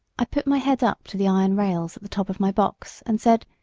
i put my head up to the iron rails at the top of my box, and said,